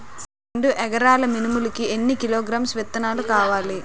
రెండు ఎకరాల మినుములు కి ఎన్ని కిలోగ్రామ్స్ విత్తనాలు కావలి?